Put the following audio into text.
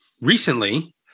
recently